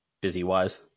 busy-wise